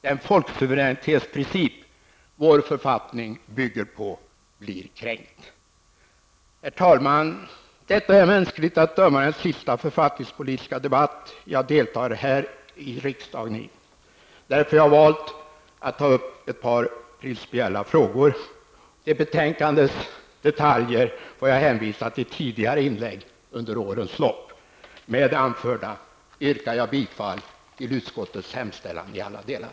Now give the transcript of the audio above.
Den folksuveränitetsprincip som vår författning bygger på blir kränkt. Herr talman! Detta är mänskligt att döma den sista författningspolitiska debatt som jag deltar i här riksdagen. Därför har jag valt att ta upp till debatt ett par principiella frågor. Beträffande betänkandets detaljer får jag hänvisa till tidigare inlägg under årens lopp. Herr talman! Med det anförda yrkar jag bifall till utskottets hemställan i alla delar.